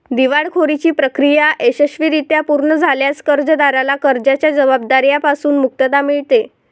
दिवाळखोरीची प्रक्रिया यशस्वीरित्या पूर्ण झाल्यास कर्जदाराला कर्जाच्या जबाबदार्या पासून मुक्तता मिळते